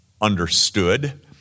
understood